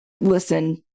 listen